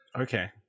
Okay